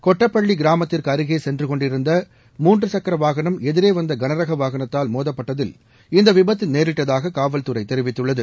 கொட்டப்பள்ளி கிராமத்திற்கு அருகே சென்றுகொண்டிருந்த மூன்று சக்கர வாகனம் எதிரே வந்த கனரக வாகனத்தால் மோதப்பட்டதில் இந்த விபத்து நேரிட்டதாக காவல்துறை தெரிவித்துள்ளது